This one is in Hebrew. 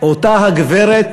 אותה הגברת